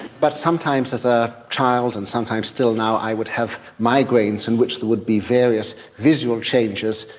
but sometimes as a child and sometimes still now i would have migraines in which there would be various visual changes,